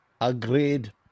Agreed